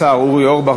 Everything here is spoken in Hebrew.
השר אורי אורבך,